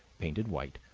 painted white,